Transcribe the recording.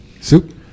Soup